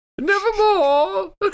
Nevermore